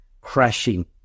crashing